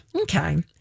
Okay